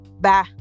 Bye